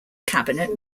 cabinet